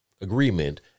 agreement